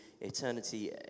eternity